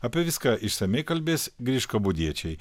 apie viską išsamiai kalbės griškabūdiečiai